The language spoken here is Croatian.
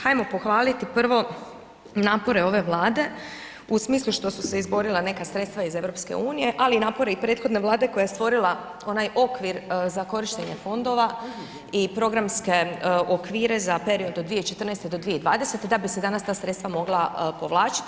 Hajmo pohvaliti prvo napore ove Vlade u smislu što su se izborila neka sredstva iz EU, ali i napore i prethodne Vlade koja je stvorila onaj okvir za korištenje fondova i programske okvire za period od 2014.-2020. da bi se danas ta sredstva mogla povlačiti.